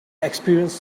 experience